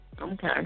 Okay